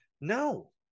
no